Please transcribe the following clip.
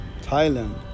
Thailand